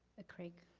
ah craig?